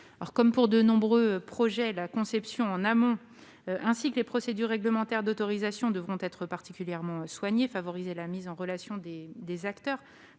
Comme pour de nombreux projets, la conception en amont, ainsi que les procédures réglementaires d'autorisation devront être particulièrement soignées. Elles devront favoriser la mise en relation des acteurs,